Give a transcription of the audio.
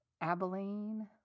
Abilene